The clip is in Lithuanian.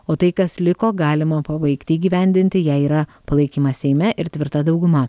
o tai kas liko galima pabaigti įgyvendinti jei yra palaikymas seime ir tvirta dauguma